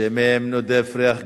שמהם נודף ריח גזענות,